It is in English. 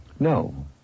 No